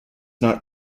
not